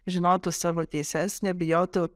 žinotų savo teises nebijotų